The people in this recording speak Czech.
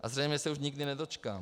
A zřejmě se už nikdy nedočkám.